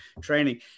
training